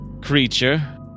creature